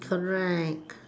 correct